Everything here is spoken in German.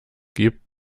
gibt